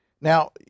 Now